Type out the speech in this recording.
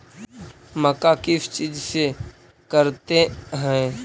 मक्का किस चीज से करते हैं?